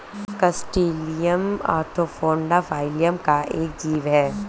crustacean arthropoda phylum का एक जीव है